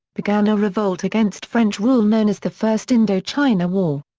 began a revolt against french rule known as the first indochina war.